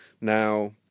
Now